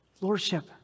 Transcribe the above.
Lordship